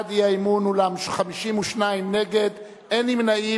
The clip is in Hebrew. בעד האי-אמון, אולם 52 נגד, אין נמנעים.